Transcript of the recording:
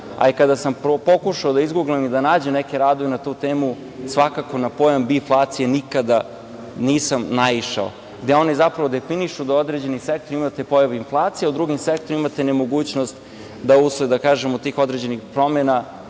a i kada sam pokušao da izguglam i da nađem neke radove na tu temu, svakako na pojam – biflacija nikada nisam naišao. Oni zapravo definišu da u određenim sektorima imate pojavu inflacije, a u drugim sektorima imate nemogućnost da usled, da kažemo, tih određenih promena,